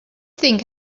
think